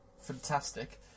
fantastic